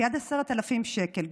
כי עד 10,000 שקל,